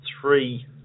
three